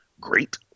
great